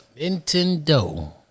Nintendo